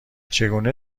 چگونه